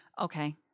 okay